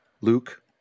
Luke